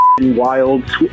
Wild